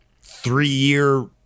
three-year